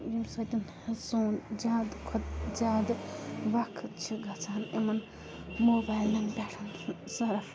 ییٚمہِ سۭتۍ حظ سون زیادٕ کھۄتہٕ زیادٕ وقت چھُ گژھان یِمَن موبایلَن پٮ۪ٹھ صرف